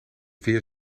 weer